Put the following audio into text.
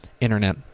internet